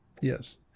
Yes